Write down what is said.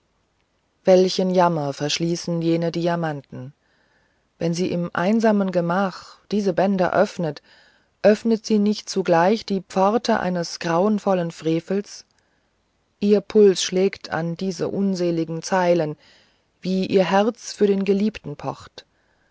welchen jammer verschließen jene diamanten wenn sie im einsamen gemach diese bänder öffnet öffnet sie nicht zugleich die pforte eines grauenvollen frevels ihr puls schlägt an diese unseligen zeilen wie ihr herz für den geliebten pocht